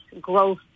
growth